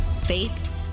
faith